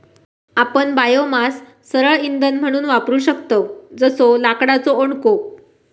आपण बायोमास सरळ इंधन म्हणून वापरू शकतव जसो लाकडाचो ओंडको